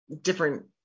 different